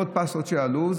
ועוד פסטות שעלו,